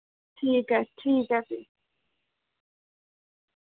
ठीक ऐ ठीक ऐ फ्ही